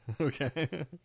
Okay